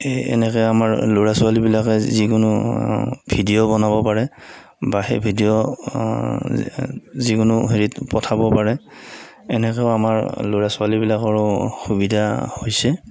এই এনেকৈ আমাৰ ল'ৰা ছোৱালীবিলাকে যিকোনো ভিডিঅ' বনাব পাৰে বা সেই ভিডিঅ' যিকোনো হেৰিত পঠাব পাৰে এনেকৈও আমাৰ ল'ৰা ছোৱালীবিলাকৰো সুবিধা হৈছে